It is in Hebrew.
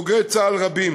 בוגרי צה"ל רבים